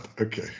okay